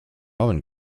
oven